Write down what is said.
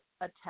attack